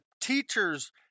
teachers